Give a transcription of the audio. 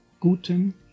Guten